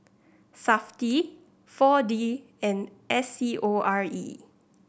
Safti Four D and S C O R E